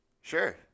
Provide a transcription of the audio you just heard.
sure